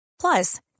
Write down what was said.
Plus